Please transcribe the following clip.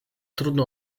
trudno